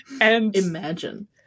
Imagine